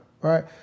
right